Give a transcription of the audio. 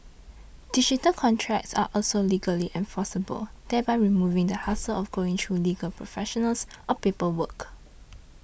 digital contracts are also legally enforceable thereby removing the hassle of going through legal professionals or paperwork